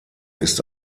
ist